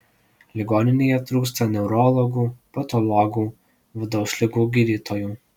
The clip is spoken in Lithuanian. ligoninėje trūksta neurologų patologų vidaus ligų gydytojų